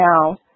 now